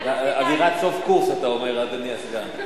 אווירת סוף קורס, אתה אומר, אדוני הסגן.